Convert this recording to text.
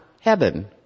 heaven